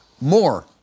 more